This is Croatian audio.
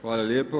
Hvala lijepo.